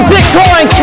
Bitcoin